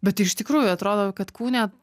bet iš tikrųjų atrodo kad kūne